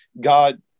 God